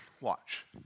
Watch